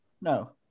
No